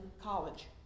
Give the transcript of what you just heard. college